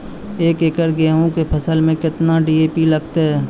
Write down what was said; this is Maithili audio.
एक एकरऽ गेहूँ के फसल मे केतना डी.ए.पी लगतै?